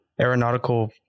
Aeronautical